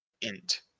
Int